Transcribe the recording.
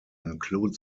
include